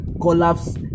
collapse